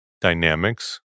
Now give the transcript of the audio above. Dynamics